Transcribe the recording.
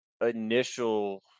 initial